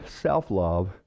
self-love